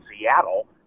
Seattle